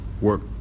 work